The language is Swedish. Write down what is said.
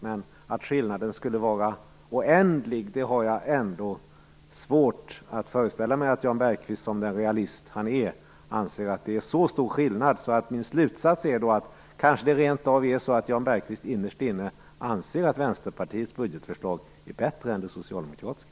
Men jag har ändå svårt att föreställa mig att Jan Bergqvist, som den realist han är, anser att skillnaden skulle vara så stor som oändlig. Min slutsats är då: Kanske Jan Bergqvist rent av innerst inne anser att Vänsterpartiets budgetförslag är bättre än det socialdemokratiska.